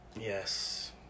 Yes